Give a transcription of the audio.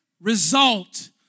result